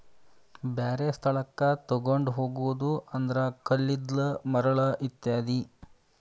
ಬ್ಯಾರೆ ಸ್ಥಳಕ್ಕ ತುಗೊಂಡ ಹೊಗುದು ಅಂದ್ರ ಕಲ್ಲಿದ್ದಲ, ಮರಳ ಇತ್ಯಾದಿ